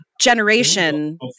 generation